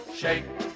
shake